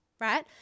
right